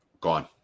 gone